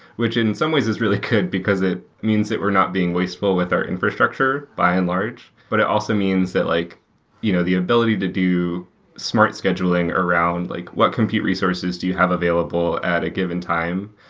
which in some ways is really good, because it means that we're not being wasteful with our infrastructure by and large, but it also means that like you know the ability to do smart scheduling around like what compute resources do you have available at a given time.